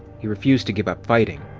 he refused to give up fighting,